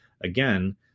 again